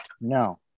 No